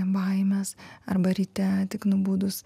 baimes arba ryte tik nubudus